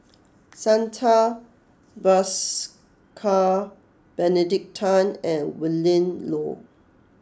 Santha Bhaskar Benedict Tan and Willin Low